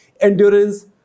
endurance